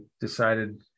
decided